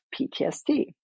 ptsd